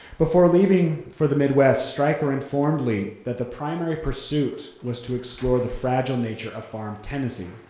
before leaving for the midwest, stryker informed lee that the primary pursuit was to explore the fragile nature of farm tenancy.